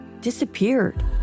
disappeared